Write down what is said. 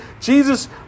Jesus